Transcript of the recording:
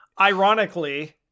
Ironically